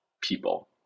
people